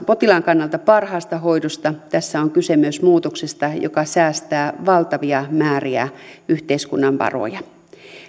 potilaan kannalta parhaasta hoidosta niin tässä on kyse myös muutoksesta joka säästää valtavia määriä yhteiskunnan varoja